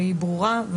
והיא ברורה,